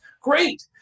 great